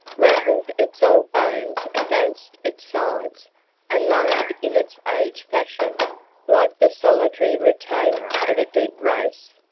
rattled its old bones against its sides and moaned in its aged fashion like the solitary retainer of a dead race.